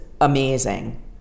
amazing